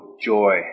joy